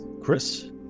Chris